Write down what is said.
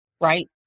right